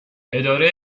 اداره